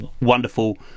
wonderful